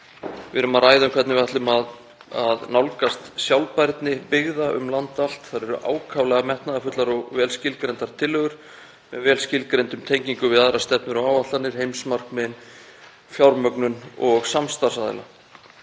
Við erum að ræða um hvernig við ætlum að nálgast sjálfbærni byggða um land allt. Þar eru ákaflega metnaðarfullar og vel skilgreindar tillögur, með vel skilgreindum tengingum við aðrar stefnur og áætlanir, heimsmarkmiðin, fjármögnun og samstarfsaðila.